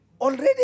Already